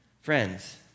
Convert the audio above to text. Friends